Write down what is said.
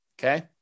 Okay